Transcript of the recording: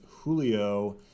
Julio